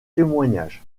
témoignages